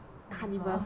carnival